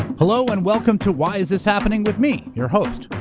hello, and welcome to why is this happening? with me, your host,